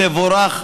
תבורך,